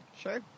Sure